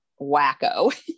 wacko